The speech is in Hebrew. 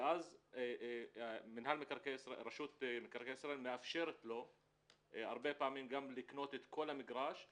ואז רשות מקרקעי ישראל מאפשרת לו הרבה פעמים גם לקנות את כל המגרש,